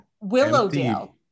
Willowdale